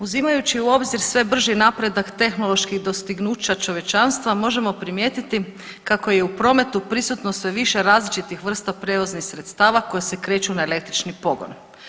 Uzimajući u obzir sve brži napredak tehnoloških dostignuća čovječanstva možemo primijetiti kako je u prometu prisutno sve više različitih vrsta prijevoznih sredstava koje se kreću na električni pogon.